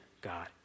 God